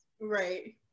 Right